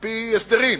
על-פי הסדרים,